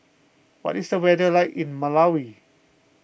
what is the weather like in Malawi